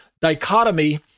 dichotomy